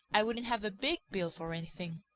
i wouldn't have a big bill for anything.